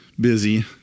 busy